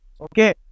okay